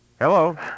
Hello